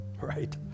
right